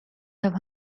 have